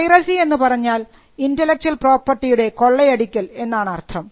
piracy എന്ന് പറഞ്ഞാൽ intellectual പ്രോപ്പർട്ടിയുടെ കൊള്ളയടിക്കൽ എന്നാണർത്ഥം